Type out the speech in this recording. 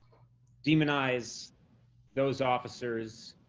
demonize those officers,